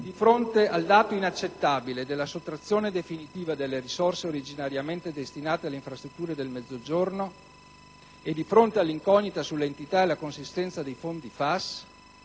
Di fronte al dato inaccettabile della sottrazione definitiva delle risorse originariamente destinate alle infrastrutture del Mezzogiorno e all'incognita sull'entità e la consistenza dei fondi FAS,